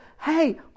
hey